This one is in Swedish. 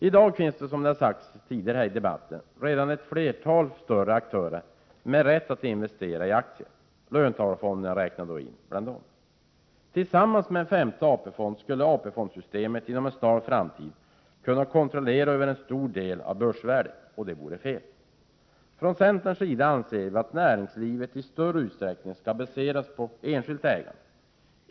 I dag finns det, som det har sagts tidigare i debatten, redan flera större aktörer med rätt att investera i aktier. Löntagarfonderna räknar jag då in bland dem. Tillsammans med en femte AP-fond skulle AP-fondssystemet inom en snar framtid kunna kontrollera en stor del av börsvärdet. Det vore fel. Från centerns sida anser vi att näringslivet i större utsträckning skall baseras på enskilt ägande.